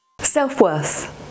Self-worth